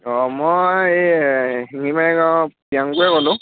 অঁ মই এই শিঙিমাৰি গাঁৱৰ প্ৰিয়াংকুৱে ক'লো